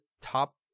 top